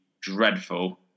dreadful